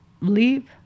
leave